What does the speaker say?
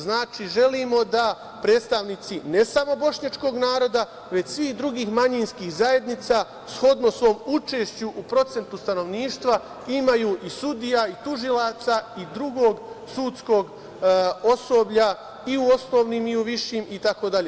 Znači, želimo da predstavnici, ne samo bošnjačkog naroda, već svih drugih manjinskih zajednica shodno svom učešću u procentu stanovništva imaju i sudija i tužilaca i drugog sudskog osoblja i u osnovnim i u višim itd.